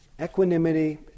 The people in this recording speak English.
Equanimity